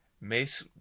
Mace